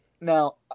Now